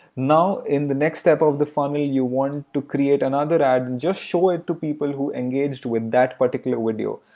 now in the next step of the funnel, you want to create another ad and just show it to people who engaged with that particular video.